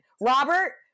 Robert